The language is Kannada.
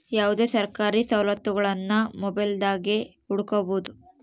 ಯಾವುದೇ ಸರ್ಕಾರಿ ಸವಲತ್ತುಗುಳ್ನ ಮೊಬೈಲ್ದಾಗೆ ಹುಡುಕಬೊದು